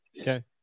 Okay